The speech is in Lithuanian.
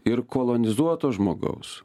ir kolonizuoto žmogaus